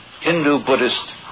Hindu-Buddhist